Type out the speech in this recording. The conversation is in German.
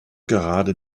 gerade